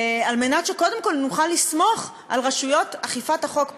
כדי שקודם כול נוכל לסמוך על רשויות אכיפת החוק,